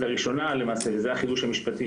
לראשונה וזה למעשה החידוש המשפטי,